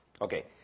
Okay